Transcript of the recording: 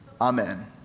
amen